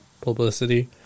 publicity